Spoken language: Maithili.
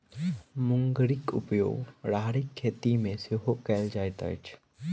मुंगरीक उपयोग राहरिक खेती मे सेहो कयल जाइत अछि